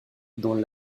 dans